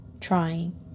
trying